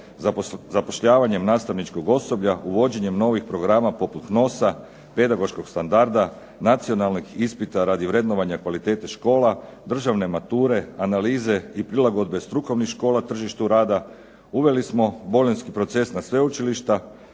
zapošljavanjem nastavničkog osoblja, uvođenjem novih programa poput NOS-a, pedagoškog standarda, nacionalnih ispita radi vrednovanja kvalitete škola, državne mature, analize i prilagodbe strukovnih škola tržištu rada. Uveli smo bolonjski proces na sveučilišta,